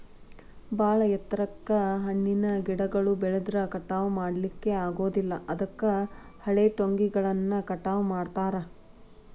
ಬಾಳ ಎತ್ತರಕ್ಕ್ ಹಣ್ಣಿನ ಗಿಡಗಳು ಬೆಳದ್ರ ಕಟಾವಾ ಮಾಡ್ಲಿಕ್ಕೆ ಆಗೋದಿಲ್ಲ ಅದಕ್ಕ ಹಳೆಟೊಂಗಿಗಳನ್ನ ಕಟಾವ್ ಮಾಡ್ತಾರ